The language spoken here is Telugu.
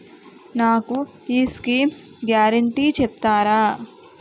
నాకు ఈ స్కీమ్స్ గ్యారంటీ చెప్తారా?